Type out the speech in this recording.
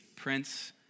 prince